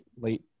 late